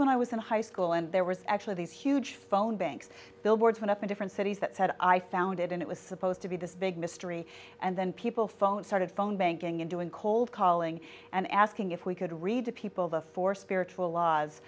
when i was in high school and there was actually these huge phone banks billboards went up in different cities that said i found it and it was supposed to be this big mystery and then people phone started phone banking and doing cold calling and asking if we could read to people the four spiritual